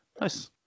Nice